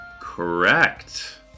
Correct